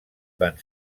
van